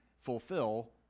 fulfill